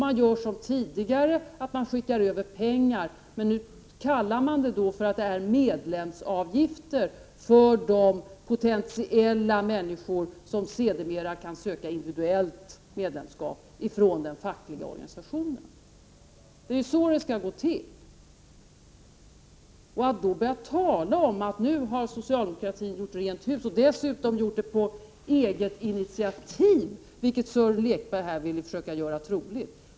Man gör som tidigare: Man skickar över pengar, men nu kallar man det för medlemsavgifter för de människor från den fackliga organisationen som sedermera eventuellt kan söka medlemskap. Det är så det skall gå till! Då kan man inte tala om att socialdemokratin nu har gjort rent hus med kollektivanslutningen och dessutom påstå att man gjort det på eget initiativ — vilket Sören Lekberg här ville försöka göra troligt.